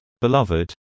beloved